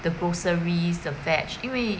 the groceries the veg 因为